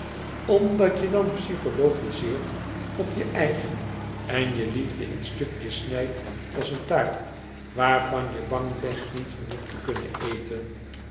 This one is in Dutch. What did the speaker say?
omdat je dan psychologizeert e ids aargang op je eigen en je liefde in stukjes snijdt als een taart waarvan je bang bent niet genoeg te kunnen eten